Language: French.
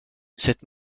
cette